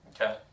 Okay